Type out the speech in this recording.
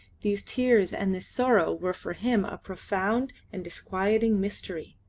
these tears and this sorrow were for him a profound and disquieting mystery.